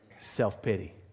self-pity